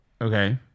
Okay